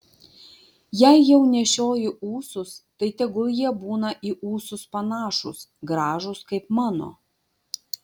jei jau nešioji ūsus tai tegul jie būna į ūsus panašūs gražūs kaip mano